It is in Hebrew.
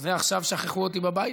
זה עכשיו שכחו אותי בבית?